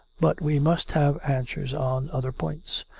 but we must have answers on other points.